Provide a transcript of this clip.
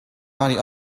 many